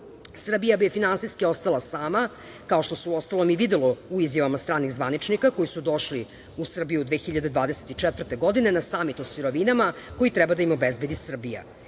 Srbija bi finansijski ostala sama, kao što se u ostalom i videlo u izjavama stranih zvaničnika koji su došli u Srbiju 2024. godine, na samit o sirovinama koji treba da im obezbedi Srbija. Iz